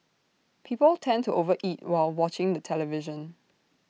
people tend to over eat while watching the television